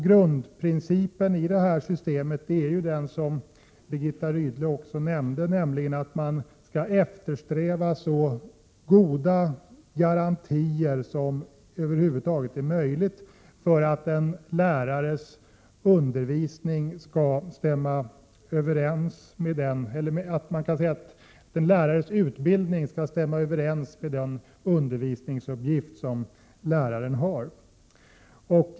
Grundprincipen i detta system är den som Birgitta Rydle också nämnde, nämligen att man skall 33 eftersträva så bra garantier som över huvud taget är möjligt för att en lärares utbildning skall stämma överens med den undervisningsuppgift som läraren har.